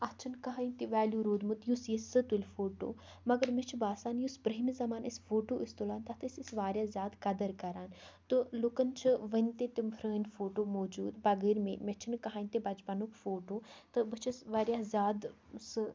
اَتھ چھِنہٕ کٔہٲنۍ تہِ ویلیوٗ روٗدمُت یُس ییٚژھہِ سُہ تُلہِ فوٗٹوٗ مگر مےٚ چھُ باسان یُس برٛونٛہمہِ زَمانہٕ أسۍ فوٗٹوٗ ٲسۍ تُلان تَتھ ٲسۍ أسۍ واریاہ زیادٕ قَدٕر کَران تہٕ لوٗکَن چھِ وُنہِ تہِ تِم پرٛٲنۍ فوٗٹوٗ موجوٗد بَغٲرِ مےٚ مےٚ چھُنہٕ کٕہٲنۍ تہِ بَچپَنُک فوٗٹوٗ تہٕ بہٕ چھَس واریاہ زیادٕ سُہ